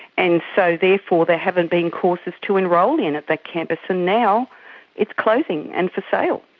and so therefore there haven't been courses to enrol in at that campus, and now it's closing, and for sale.